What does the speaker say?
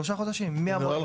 שלושה חודשים מהמועד הזה.